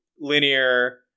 linear